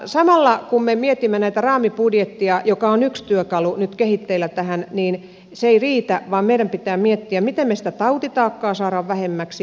samalla kun me mietimme raamibudjettia joka on yksi työkalu joka on nyt kehitteillä tähän mutta se ei riitä meidän pitää miettiä miten me sitä tautitaakkaa saamme vähemmäksi